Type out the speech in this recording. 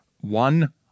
one